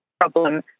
problem